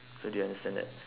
so do you understand that